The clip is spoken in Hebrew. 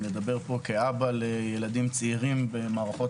האם לדבר פה כאבא לילדים צעירים במערכת